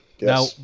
Now